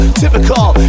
typical